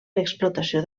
l’explotació